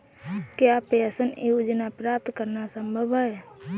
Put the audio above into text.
क्या पेंशन योजना प्राप्त करना संभव है?